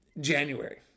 January